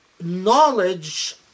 knowledge